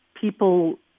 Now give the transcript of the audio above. people